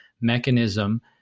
mechanism